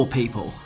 people